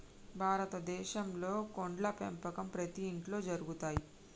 భారత దేశంలో కోడ్ల పెంపకం ప్రతి ఇంట్లో జరుగుతయ్